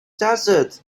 desert